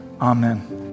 amen